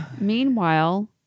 Meanwhile